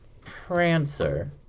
Prancer